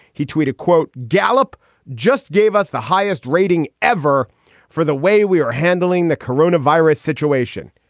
he tweeted, quote. gallup just gave us the highest rating ever for the way we are handling the corona virus situation.